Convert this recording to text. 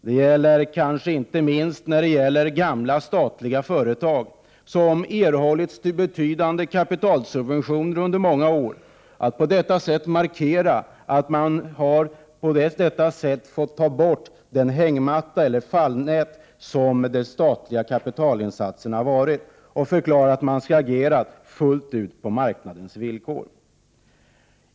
Det gäller kanske inte minst i fråga om gamla statliga företag, som erhållit betydande kapitalsubventioner under många år, att det på detta sätt markerats att man tagit bort den hängmatta eller det fallnät som de statliga kapitalinsatserna varit och förklarat att man skall agera fullt ut på marknadens villkor.